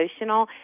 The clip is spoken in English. emotional